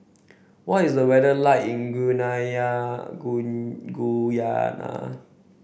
what is the weather like in Guyana